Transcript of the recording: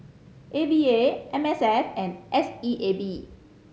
A V A M S F and S E A B